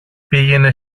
πήγαινε